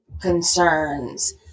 concerns